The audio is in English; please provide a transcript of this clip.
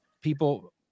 people